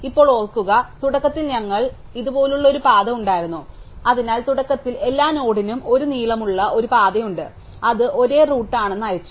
ഇപ്പോൾ ഓർക്കുക തുടക്കത്തിൽ ഞങ്ങൾ നിങ്ങൾക്ക് ഇതുപോലുള്ള ഒരു പാത ഉണ്ടായിരുന്നു അതിനാൽ തുടക്കത്തിൽ എല്ലാ നോഡിനും 1 നീളമുള്ള ഒരു പാതയുണ്ട് അത് ഒരേ റൂട്ട് ആണെന്ന് അയച്ചു